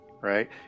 right